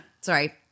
sorry